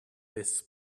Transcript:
this